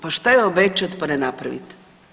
Pa šta je obećat pa ne napravit.